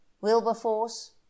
wilberforce